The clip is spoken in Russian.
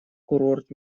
курорт